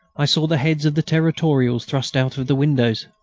i saw the heads of the territorials thrust out of the windows.